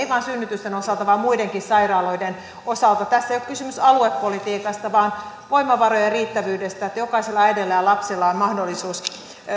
ei vain synnytysten osalta vaan muidenkin sairaaloiden osalta tässä ei ole kyse aluepolitiikasta vaan voimavarojen riittävyydestä siitä että jokaisella äidillä ja lapsella on mahdollisuus